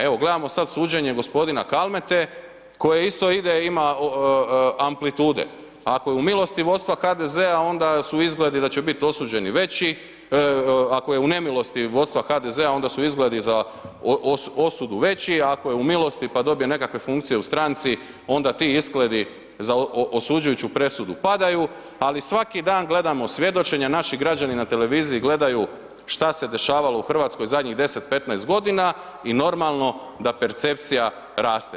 Evo gledamo sad suđenje gospodina Kalmete koje isto ide, ima amplitude, ako je u milosti vodstva HDZ-a onda su izgledi da će biti osuđeni veći, ako je u nemilosti vodstva HDZ-a onda su izgledi za osudu veći, ako je u milosti pa dobije nekakve funkcije u stranci onda ti izgledi za osuđujuću presudu padaju ali svaki dan gledamo svjedočenja, naši građani na televiziji gledaju šta se dešavalo u Hrvatskoj zadnjih 10, 15 godina i normalno da percepcija raste.